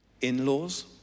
in-laws